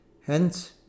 Hence